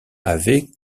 avait